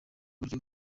buryo